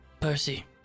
Percy